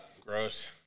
Gross